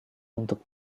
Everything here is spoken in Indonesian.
untuk